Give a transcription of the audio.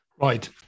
Right